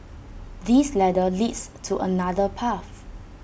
this ladder leads to another path